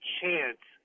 chance